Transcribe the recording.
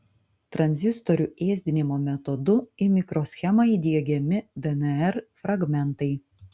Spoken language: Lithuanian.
tranzistorių ėsdinimo metodu į mikroschemą įdiegiami dnr fragmentai